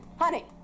Honey